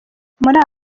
muri